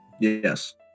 Yes